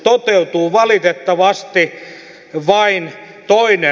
toteutuu valitettavasti vain toinen